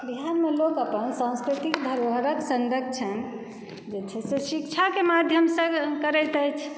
एहनमे लोक अपन सांस्कृतिक धरोहरक संरक्षण जे छै से शिक्षाके माध्यमसॅं करैत अछि